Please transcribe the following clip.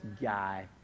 guy